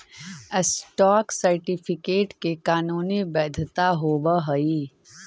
stock certificate के कानूनी वैधता होवऽ हइ